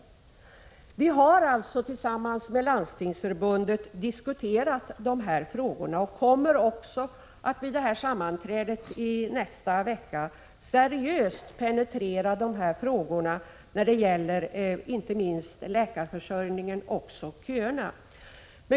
59 Vi har alltså tillsammans med Landstingsförbundet diskuterat de här frågorna och kommer också att vid sammanträdet i nästa vecka seriöst penetrera frågorna när det gäller inte minst läkarförsörjningen och även köerna.